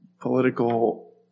political